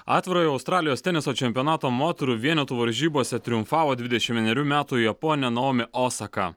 atvirojo australijos teniso čempionato moterų vienetų varžybose triumfavo dvidešim vienerių metų japonė naomi osaka